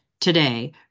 Today